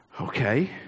okay